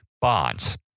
Bonds